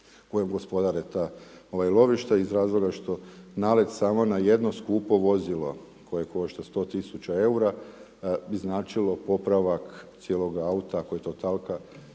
kojom gospodare ta lovišta iz razloga što namet samo na jedno skupo vozilo koje košta 100 000 eura bi značilo popravak cijeloga auta ako je totalka,